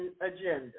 agenda